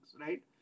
right